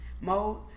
mode